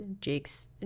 Jake's